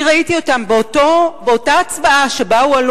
אני ראיתי אותם באותה הצבעה שבה הועלו